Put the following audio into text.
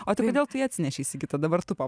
o tai kodėl tu ją atsinešei sigita dabar tu pa